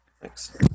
Thanks